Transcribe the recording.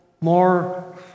more